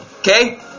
okay